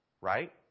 Right